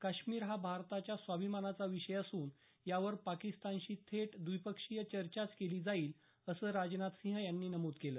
काश्मीर हा भारताच्या स्वाभिमानाचा विषय असून यावर पाकिस्तानशी थेट द्वीपक्षीय चर्चाच केली जाईल असं राजनाथसिंह यांनी नमूद केलं